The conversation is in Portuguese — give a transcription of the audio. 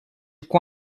com